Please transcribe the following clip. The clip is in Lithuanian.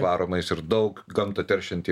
varomais ir daug gamtą teršiantį